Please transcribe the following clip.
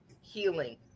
Healing